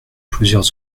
plusieurs